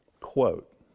quote